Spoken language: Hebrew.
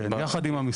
כן, יחד עם המשרד.